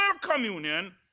communion